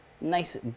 nice